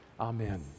Amen